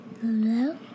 Hello